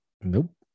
Nope